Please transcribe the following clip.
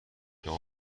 شما